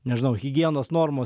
nežinau higienos normos